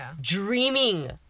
dreaming